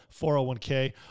401k